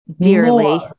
dearly